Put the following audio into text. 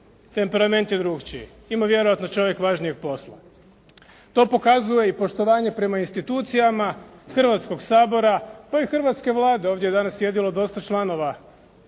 temperament je drukčiji. Ima vjerojatno čovjek važnijeg posla. To pokazuje i poštovanje prema institucijama Hrvatskog sabora, pa i Hrvatske Vlade. Ovdje je danas sjedilo dosta članova